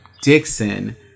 Dixon